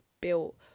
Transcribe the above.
built